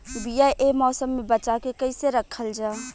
बीया ए मौसम में बचा के कइसे रखल जा?